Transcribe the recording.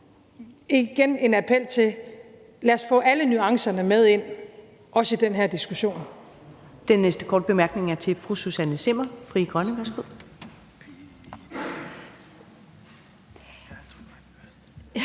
jeg en appel: Lad os få alle nuancerne med ind også i den her diskussion.